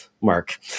Mark